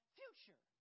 future